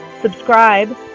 subscribe